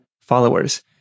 followers